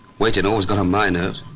waiting always got on my nerves,